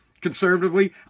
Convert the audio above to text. conservatively